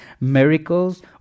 miracles